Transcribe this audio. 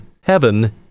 Heaven